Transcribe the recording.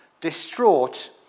Distraught